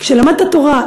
כשלמדת תורה,